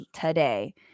today